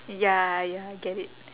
ya ya I get it